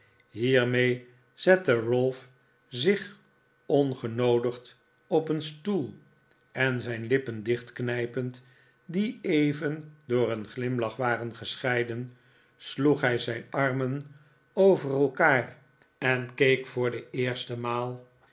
hiermee zette ralph zich ongenoodigd op een stoel en zijn lippen dichtknijpend die even door een glimlach waren gescheiden sloeg hij zijn armen over elkaar en keek voor de eerste maal